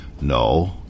No